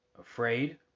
Afraid